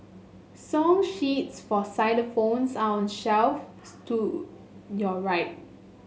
song sheets for xylophones are on shelf stood your right